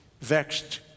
vexed